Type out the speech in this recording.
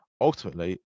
ultimately